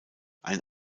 ein